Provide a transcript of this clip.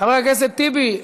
חבר הכנסת טיבי,